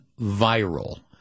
viral